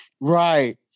Right